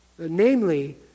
Namely